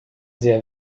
sehr